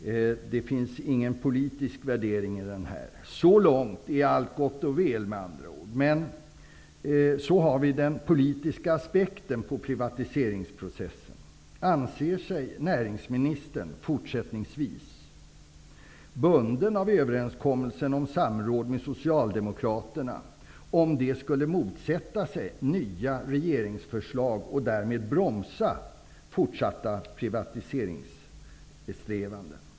Det finns ingen politisk värdering i den. Så långt är allt gott och väl med andra ord. Men sedan har vi den politiska aspekten på privatiseringsprocessen. Anser sig näringsministern fortsättningsvis bunden av överenskommelsen om samråd med Socialdemokraterna om partiet skulle motsätta sig nya regeringsförslag och därmed bromsa fortsatta privatiseringssträvanden?